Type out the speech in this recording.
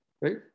right